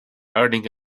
earning